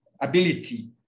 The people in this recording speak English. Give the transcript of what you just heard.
ability